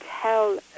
tell